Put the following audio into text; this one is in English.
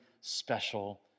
special